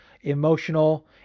emotional